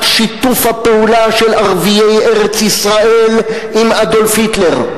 שיתוף הפעולה של ערביי ארץ-ישראל עם אדולף היטלר,